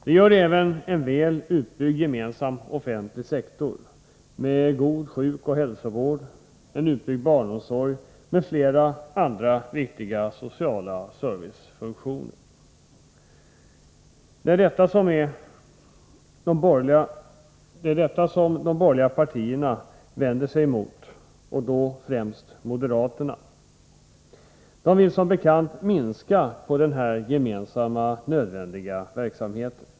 Det gör även en väl utbyggd gemensam offentlig sektor med god sjukoch hälsovård, en utbyggd barnomsorg, m.fl. andra viktiga sociala servicefunktioner. Det är detta som de borgerliga partierna vänder sig mot — och då främst moderaterna. De vill som bekant minska på denna gemensamma nödvändiga verksamhet.